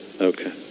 Okay